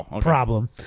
problem